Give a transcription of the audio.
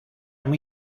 muy